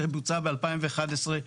שבוצעה ב-2011,